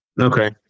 Okay